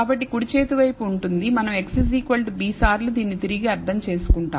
కాబట్టి కుడి చేతి వైపు ఉంటుంది మనం x b సార్లు దీనిని తిరిగి అర్థం చేసుకుంటాం